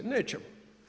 Nećemo.